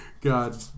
God